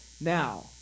Now